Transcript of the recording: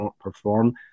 perform